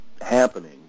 happening